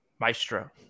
maestro